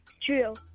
True